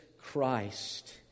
Christ